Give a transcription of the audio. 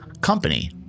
company